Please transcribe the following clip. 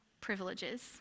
privileges